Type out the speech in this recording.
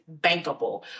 bankable